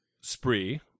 spree